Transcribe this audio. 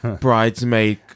bridesmaid